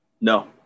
No